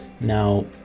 Now